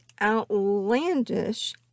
outlandish